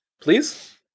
Please